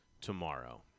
tomorrow